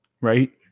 Right